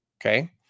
Okay